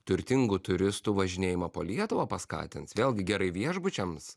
turtingų turistų važinėjimą po lietuvą paskatins vėlgi gerai viešbučiams